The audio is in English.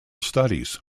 studies